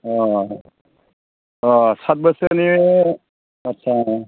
अ अ सात बोसोरनि आच्चा